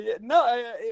no